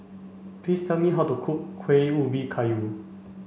please tell me how to cook Kueh Ubi Kayu